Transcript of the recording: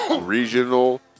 regional